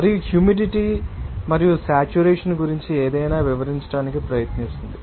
మరియు హ్యూమిడిటీ మరియు సేట్యురేషన్ గురించి ఏదైనా వివరించడానికి ప్రయత్నిస్తుంది